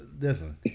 Listen